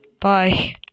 Bye